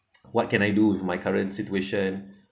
what can I do with my current situation